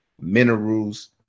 minerals